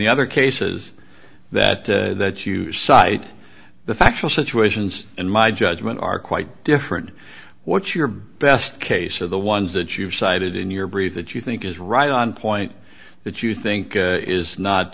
the other cases that that you cite the factual situations in my judgment are quite different what's your best case are the ones that you've cited in your brief that you think is right on point that you think is not